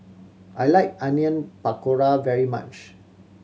I like Onion Pakora very much